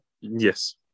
Yes